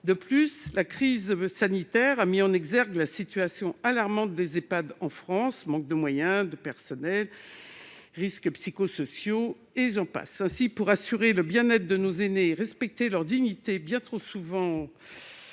De plus, la crise sanitaire a mis en exergue la situation alarmante des Ehpad en France : manque de moyens, de personnel, risques psychosociaux et j'en passe ... Ainsi, pour assurer le bien-être de nos aînés et respecter leur dignité bien trop souvent